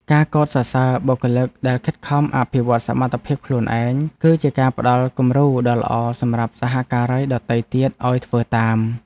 ការកោតសរសើរបុគ្គលិកដែលខិតខំអភិវឌ្ឍសមត្ថភាពខ្លួនឯង គឺជាការផ្ដល់គំរូដ៏ល្អសម្រាប់សហការីដទៃទៀតឱ្យធ្វើតាម។